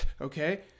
okay